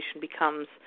becomes